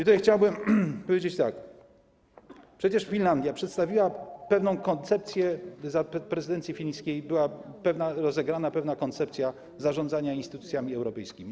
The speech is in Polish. Tutaj chciałbym powiedzieć tak: przecież Finlandia przedstawiła pewną koncepcję, za prezydencji fińskiej była rozegrana pewna koncepcja zarządzania instytucjami europejskimi.